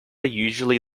usually